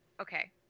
okay